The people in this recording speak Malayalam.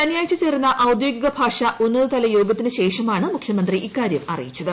ശനിയാഴ്ച ചേർന്ന ഔദ്യോഗിക ഭാഷാ ഉന്നതതല യോഗത്തിന് ശേഷമാണ് മുഖ്യമന്ത്രി ഇക്കാര്യം അറിയിച്ചത്